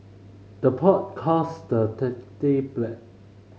the pot calls the black